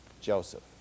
Joseph